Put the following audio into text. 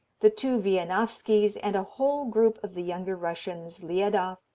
the two wieniawskis, and a whole group of the younger russians liadoff,